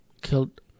killed